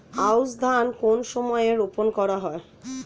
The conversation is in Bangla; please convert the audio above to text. আউশ ধান কোন সময়ে রোপন করা হয়?